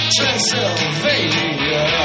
Transylvania